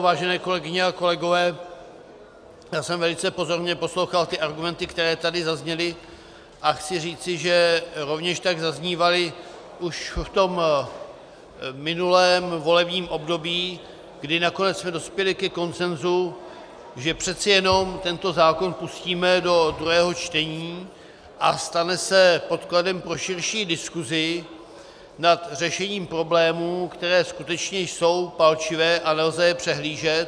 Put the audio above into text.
Vážené kolegyně a kolegové, já jsem velice pozorně poslouchal argumenty, které tady zazněly, a chci říci, že rovněž tak zaznívaly už v tom minulém volebním období, kdy nakonec jsme dospěli ke konsenzu, že přeci jenom tento zákon pustíme do druhého čtení a stane se podkladem pro širší diskusi nad řešením problémů, které skutečně jsou palčivé a nelze je přehlížet.